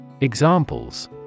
Examples